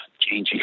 changing